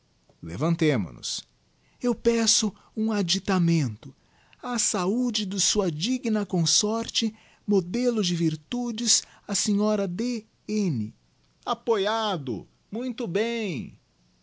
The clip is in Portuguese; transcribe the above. levantemo nos eu peço um additamento a saúde de sua digna consorte modelo de virtudes a sra d n apoiado muito bem